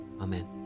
Amen